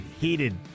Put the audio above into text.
heated